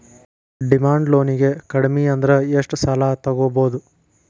Demand ಲೊನಿಗೆ ಕಡ್ಮಿಅಂದ್ರ ಎಷ್ಟ್ ಸಾಲಾ ತಗೊಬೊದು?